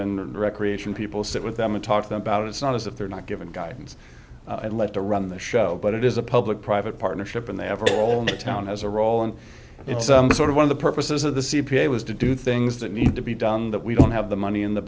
and recreation people sit with them and talk to them about it it's not as if they're not given guidance and let to run the show but it is a public private partnership and they have all the town has a role and it's sort of one of the purposes of the c p a was to do things that need to be done that we don't have the money in the